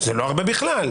זה לא הרבה בכלל.